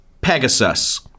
Pegasus